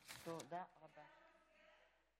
(הישיבה נפסקה בשעה